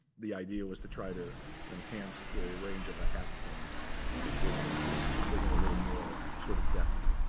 the idea was to try to enhance the range of a halftone to bring into it, bring in a little more sort of depth.